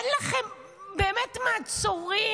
אין לכם באמת מעצורים?